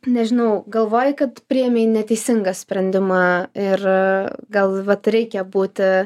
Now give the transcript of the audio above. nežinau galvojai kad priėmei neteisingą sprendimą ir gal vat reikia būti